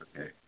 Okay